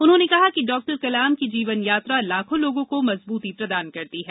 उन्होंने कहा कि डॉक्टर कलाम की जीवन यात्रा लाखों लोगों को मजबूती प्रदान करती है